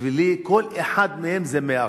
תראו,